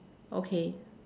okay